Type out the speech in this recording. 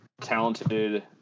talented